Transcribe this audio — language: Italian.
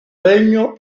regno